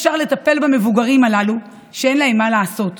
לבוגרים עם אוטיזם בתפקוד נמוך מעל גיל 21,